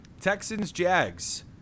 Texans-Jags